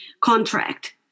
contract